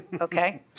Okay